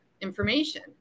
information